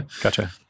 Gotcha